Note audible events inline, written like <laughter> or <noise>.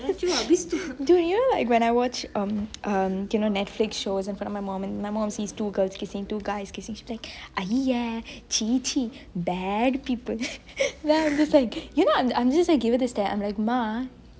to you like when I watch you know netflix shows infront of my mum and she sees two girls kissing two guys kissing !aiya! !chey! !chey! bad people <laughs> then I'm just like giving her the stare I'm like ma